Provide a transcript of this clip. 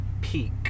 peak